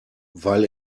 weil